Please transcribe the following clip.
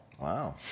Wow